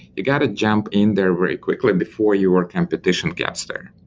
you got to jump in there very quickly before your competition gets there.